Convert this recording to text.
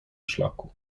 szlaku